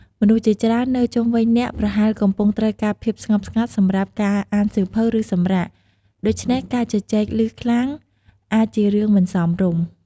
មនុស្សជាច្រើននៅជុំវិញអ្នកប្រហែលកំពុងត្រូវការភាពស្ងប់ស្ងាត់សម្រាប់ការអានសៀវភៅ ឬសម្រាក ដូច្នេះការជជែកឮខ្លាំងអាចជារឿងមិនសមរម្យ។